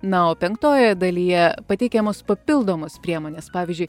na o penktojoje dalyje pateikiamos papildomos priemonės pavyzdžiui